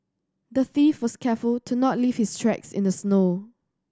the thief was careful to not leave his tracks in the snow